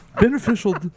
beneficial